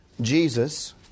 Jesus